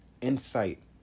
insight